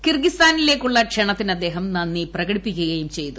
കിർഗിസ്ഥാനിലേക്കുള ക്ഷണത്തിന് ആദ്ദേഹം നന്ദി പ്രകടിപ്പിക്കുകയും ചെയ്തു